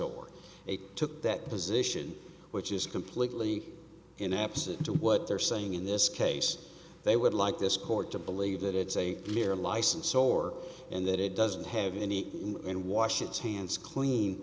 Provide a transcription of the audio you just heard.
or they took that position which is completely in absent to what they're saying in this case they would like this court to believe that it's a mere license or and that it doesn't have any in washington's clean